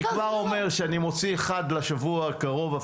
אני כבר אומר שאני מוציא אחד לשבוע הקרוב,